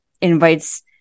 invites